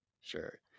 Sure